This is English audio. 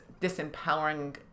disempowering